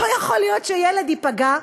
לא יכול להיות שילד ייפגע,